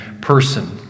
person